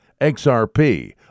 XRP